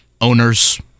owners